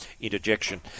interjection